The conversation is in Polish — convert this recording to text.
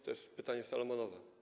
To jest pytanie salomonowe.